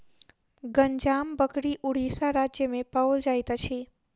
गंजाम बकरी उड़ीसा राज्य में पाओल जाइत अछि